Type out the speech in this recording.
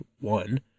one